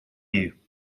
you